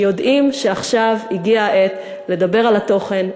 שיודעים שעכשיו הגיעה העת לדבר על התוכן,